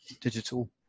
digital